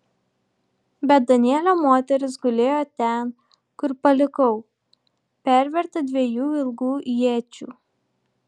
bet danielio moteris gulėjo ten kur palikau perverta dviejų ilgų iečių